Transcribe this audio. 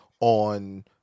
on